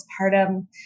postpartum